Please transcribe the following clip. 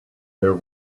there